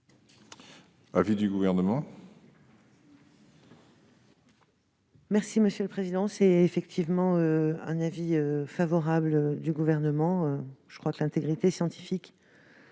l'avis du Gouvernement ?